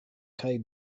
kaj